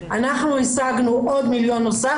אנחנו השגנו עוד 1 מיליון שקל נוסף,